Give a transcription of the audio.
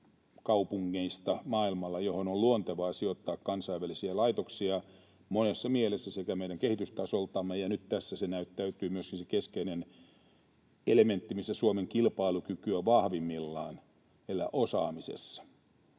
kaupunkeja, joihin on luontevaa sijoittaa kansainvälisiä laitoksia monessa mielessä. Ja nyt tässä näyttäytyy myöskin se keskeinen elementti, missä Suomen kilpailukyky on vahvimmillaan eli osaamisessa.